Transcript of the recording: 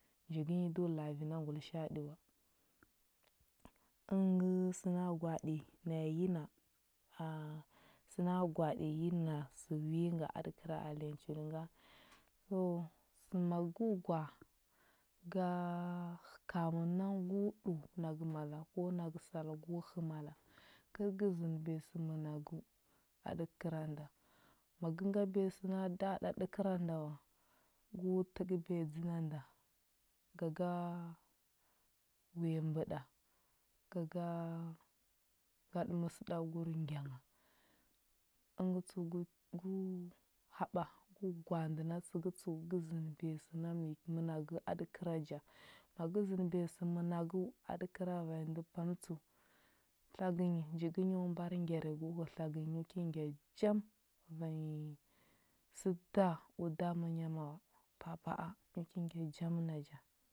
Njigə nyi do la a vi a ngulisha a ɗə wa. Əngə səna gwaɗi naya yi na, a səna gwaɗi yina sə wi nga a ɗəkəra alenyi njir nga. So ma gu gwa, ga kamin nang gu ɗəu nagə mala ko nagə sal gu hə mala, kər gə zənəbiya sə mənagəu a ɗəkəra nda, ma gə ngabiya səna da ɗa ɗəkəra nda wa, gu təbiyadzə na nda. Ga ga wuya mbəɗa, ga ga ngaɗə məsəɗagur ngya ngha. Əngə tsəu gu gu haɓa gu gwaa ndə na əsəgə tsəu gə zənəbiya sə me mənagəu a ɗəkəra ja. Ma gə zənəbiya mənagəu a dəkəra vanyi ndə pam tsəu. Tlagə nyi njigə nyu mbar ngyar gu hə tlagə nyi nyu ki ngya jam, vanyi səda u dama nya ma wa, papa a nyu ki ngya jam naja.